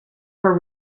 her